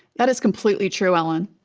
that is completely true, ellen.